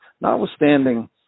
notwithstanding